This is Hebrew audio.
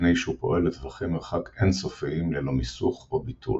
מפני שהוא פועל לטווחי מרחק אינסופיים ללא מיסוך או ביטול.